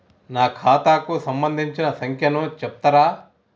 నా ఖాతా కు సంబంధించిన సంఖ్య ను చెప్తరా?